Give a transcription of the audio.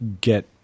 get